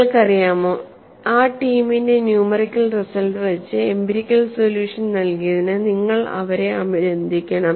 നിങ്ങൾക്കറിയാമോ ആ ടീമിന്റെ ന്യൂമെറിക്കൽ റിസൾട്ട് വച്ച് എംപിരിക്കൽ സൊല്യൂഷൻ നൽകിയതിന് നിങ്ങൾ അവരെ അഭിനന്ദിക്കണം